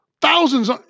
thousands